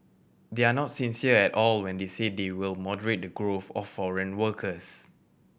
they are not sincere at all when they say they will moderate the growth of foreign workers